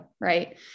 right